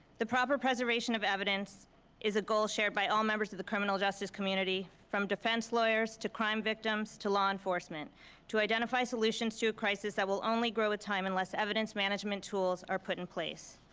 the proper preservation of evidence is a goal shared by all members of the criminal justice community, from defense lawyers to crime victims, to law enforcement to identify solutions to a crisis that will only grow with time unless evidence management tools are put in place.